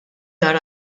dar